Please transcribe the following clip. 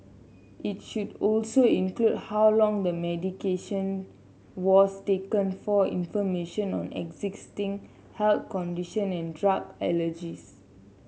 it should also include how long the medication was taken for information on existing health condition and drug allergies